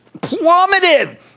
plummeted